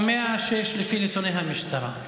106 לפי נתוני המשטרה.